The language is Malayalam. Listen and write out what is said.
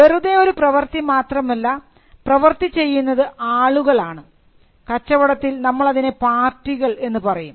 വെറുതെ ഒരു പ്രവൃത്തി മാത്രമല്ല പ്രവർത്തി ചെയ്യുന്നത് ആളുകൾ ആണ് കച്ചവടത്തിൽ നമ്മൾ അതിനെ പാർട്ടികൾ എന്നു പറയും